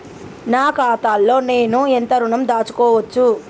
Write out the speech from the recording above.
నా ఖాతాలో నేను ఎంత ఋణం దాచుకోవచ్చు?